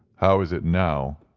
how is it now?